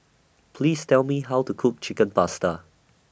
Please Tell Me How to Cook Chicken Pasta